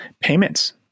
payments